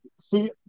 see